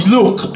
Look